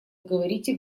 говорите